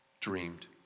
dreamed